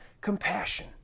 compassion